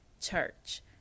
church